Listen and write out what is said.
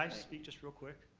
um speak just real quick?